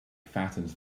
fattens